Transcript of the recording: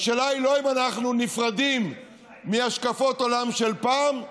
השאלה היא לא אם אנחנו נפרדים מהשקפות עולם של פעם,